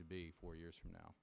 to be four years from now